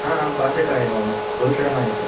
हा अहं पाचकः एवं गुरुकिरणः इति